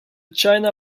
china